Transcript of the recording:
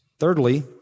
Thirdly